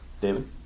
David